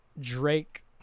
Drake